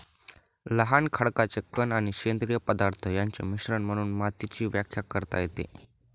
लहान खडकाचे कण आणि सेंद्रिय पदार्थ यांचे मिश्रण म्हणून मातीची व्याख्या करता येते